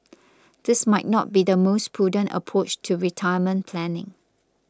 this might not be the most prudent approach to retirement planning